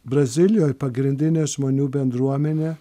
brazilijoj pagrindinė žmonių bendruomenė